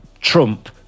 trump